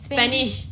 Spanish